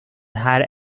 hire